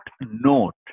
note